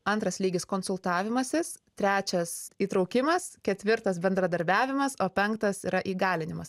antras lygis konsultavimasis trečias įtraukimas ketvirtas bendradarbiavimas o penktas yra įgalinimas